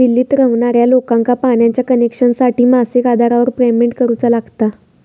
दिल्लीत रव्हणार्या लोकांका पाण्याच्या कनेक्शनसाठी मासिक आधारावर पेमेंट करुचा लागता